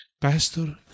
Pastor